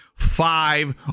five